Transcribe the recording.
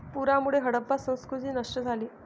पुरामुळे हडप्पा संस्कृती नष्ट झाली